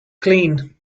clean